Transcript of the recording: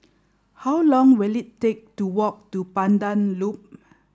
how long will it take to walk to Pandan Loop